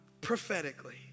prophetically